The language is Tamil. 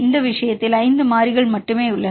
இந்த விஷயத்தில் 5 மாறிகள் மட்டுமே உள்ளன